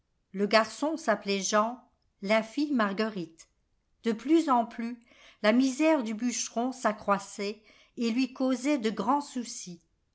le garçon s'appelait jean la fille marguerite de plus en plus la misère du bûcheron s'accroissait et lui causait de grands soucis